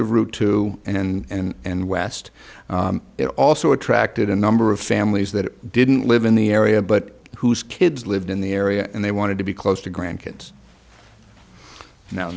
of route two and west it also attracted a number of families that didn't live in the area but whose kids lived in the area and they wanted to be close to grandkids now